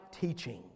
teaching